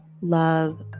love